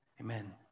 Amen